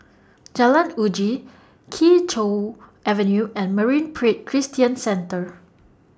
Jalan Uji Kee Choe Avenue and Marine Parade Christian Centre